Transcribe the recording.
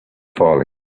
falling